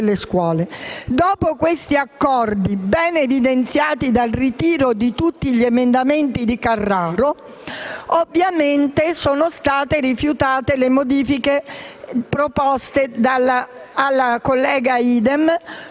Dopo questi accordi, ben evidenziati dal ritiro di tutti gli emendamenti del senatore Carraro, sono state rifiutate le modifiche proposte alla collega Idem